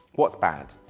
what's bad.